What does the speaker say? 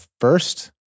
first